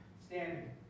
standing